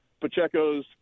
Pacheco's